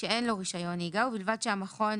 שאין לו רישיון נהיגה ובלבד שהמכון